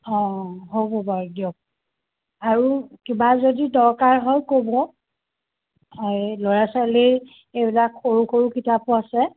অ হ'ব বাৰু দিয়ক আৰু কিবা যদি দৰকাৰ হয় ক'ব এই ল'ৰা ছোৱালীৰ এইবিলাক সৰু সৰু কিতাপো আছে